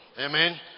Amen